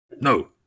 No